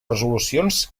resolucions